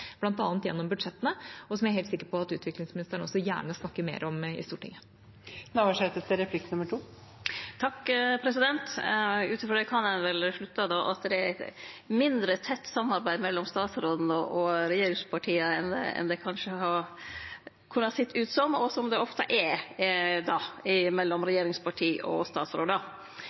gjennom budsjettene, og som jeg er helt sikker på at utviklingsministeren også gjerne snakker mer om i Stortinget. Ut frå det kan ein vel då slutte at det er eit mindre tett samarbeid mellom utanriksministeren og regjeringspartia enn det kanskje har sett ut som, og som det ofte er mellom regjeringsparti og